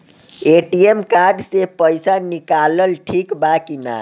ATM card से पईसा निकालल ठीक बा की ना?